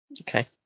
okay